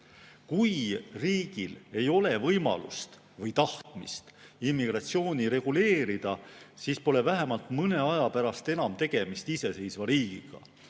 Kui riigil ei ole võimalust või tahtmist immigratsiooni reguleerida, siis pole vähemalt mõne aja pärast enam tegemist iseseisva riigiga.